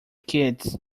kids